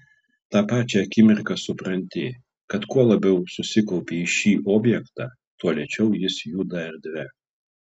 tą pačią akimirką supranti kad kuo labiau susikaupi į šį objektą tuo lėčiau jis juda erdve